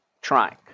trying